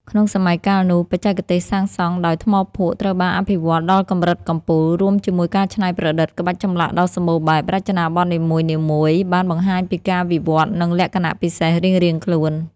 ក្នុងសម័យកាលនោះ បច្ចេកទេសសាងសង់ដោយ ថ្មភក់ ត្រូវបានអភិវឌ្ឍដល់កម្រិតកំពូល រួមជាមួយការច្នៃប្រឌិតក្បាច់ចម្លាក់ដ៏សម្បូរបែប រចនាបថនីមួយៗបានបង្ហាញពីការវិវត្តន៍ និងលក្ខណៈពិសេសរៀងៗខ្លួន។